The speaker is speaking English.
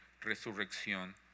resurrección